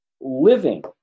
living